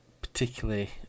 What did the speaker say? particularly